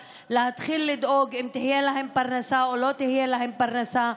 להתחיל לדאוג אם תהיה להן פרנסה או לא תהיה להן פרנסה,